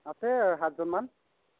আছে সাতজনমান